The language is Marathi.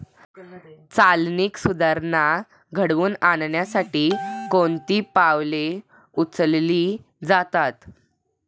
चालनीक सुधारणा घडवून आणण्यासाठी कोणती पावले उचलली जातात?